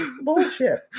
bullshit